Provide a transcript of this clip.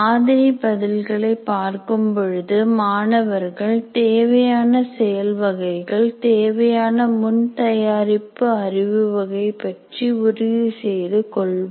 மாதிரி பதில்களை பார்க்கும் பொழுது மாணவர்கள் தேவையான செயல் வகைகள் தேவையான முன் தயாரிப்பு அறிவு வகை பற்றி உறுதி செய்து கொள்வர்